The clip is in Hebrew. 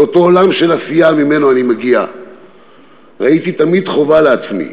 באותו עולם של עשייה שממנו אני מגיע ראיתי תמיד חובה לעצמי